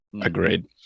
agreed